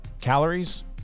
Calories